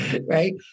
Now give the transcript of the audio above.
right